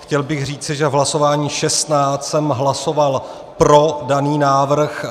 Chtěl bych říci, že v hlasování 16 jsem hlasoval pro daný návrh.